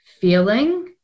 feeling